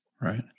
Right